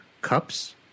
cups